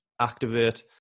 Activate